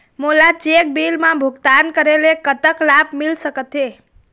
मोला cheque bill मा भुगतान करेले कतक लाभ मिल सकथे?